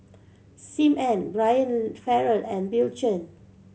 Sim Ann Brian Farrell and Bill Chen